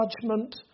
judgment